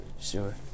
sure